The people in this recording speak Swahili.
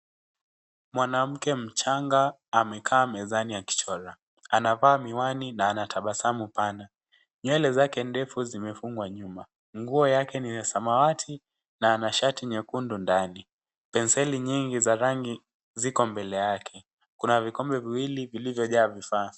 Mwanamke mchanga amekaa mezani akichora. Anavaa miwani na anatabasamu pana. Nywele zake ndefu zimefungwa nyuma. Nguo yake ni ya samawati na ana shati nyekundu ndani. Penseli nyingi za rangi ziko mbele yake. kuna vikombe viwili vilivyojaa vifaa.